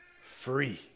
free